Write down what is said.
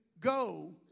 go